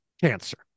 cancer